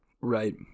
right